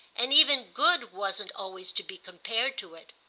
and even good wasn't always to be compared to it.